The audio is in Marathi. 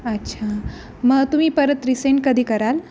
अच्छा मग तुम्ही परत रिसेंट कधी कराल